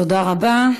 תודה רבה.